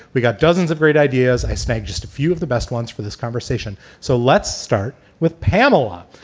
we got dozens of great ideas. i stayed just a few of the best ones for this conversation. so let's start with pamela.